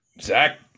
Zach